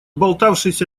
болтавшийся